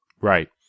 Right